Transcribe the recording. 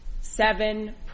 seven